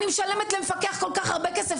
אני משלמת למפקח כל כך הרבה כסף.